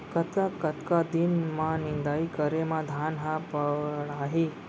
कतका कतका दिन म निदाई करे म धान ह पेड़ाही?